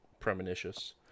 premonitious